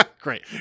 Great